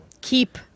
keep